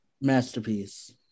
masterpiece